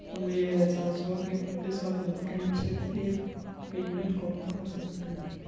تب مجھے یہ احساس ہوا کہ پولیس والا بن کے ہم صرف ایک کرمینل کو پکڑ سکتے ہیں